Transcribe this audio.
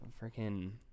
freaking